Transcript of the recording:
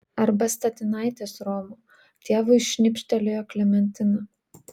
arba statinaitės romo tėvui šnipštelėjo klementina